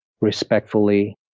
respectfully